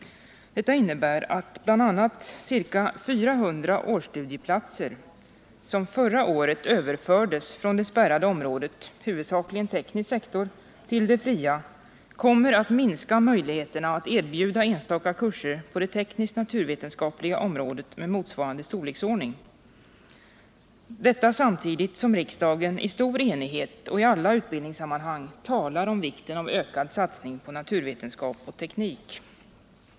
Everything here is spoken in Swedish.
Det innebär att de ca 400 årsstudieplatser som förra året överfördes från det spärrade området, huvudsakligen från den tekniska sektorn, till det fria kommer att minska möjligheterna att erbjuda enstaka kurser på det tekniskt-naturvetenskapliga området med motsvarande storleksordning — detta samtidigt som riksdagen i stor enighet och i alla utbildningssammanhang talar om vikten av en ökad satsning på naturvetenskap och teknik.